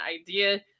idea